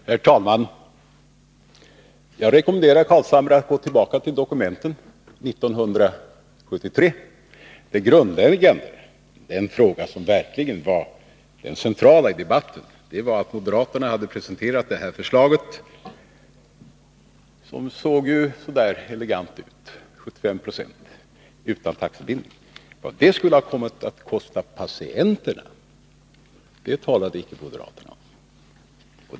Herr talman! Jag rekommenderar Nils Carlshamre att gå tillbaka till dokumenten för 1973. Det grundläggande — den fråga som verkligen var central i debatten — var att moderaterna hade presenterat det här förslaget, som såg så där elegant ut — 75 26 utan taxebindning. Vad det skulle komma att kosta patienterna talade moderaterna inte om.